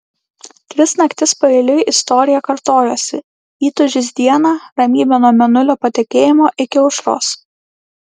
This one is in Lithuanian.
tris naktis paeiliui istorija kartojosi įtūžis dieną ramybė nuo mėnulio patekėjimo iki aušros